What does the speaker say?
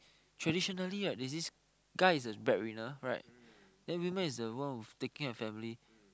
traditionally right there's this guy who is a bread winner and the women who's the one who is taking the family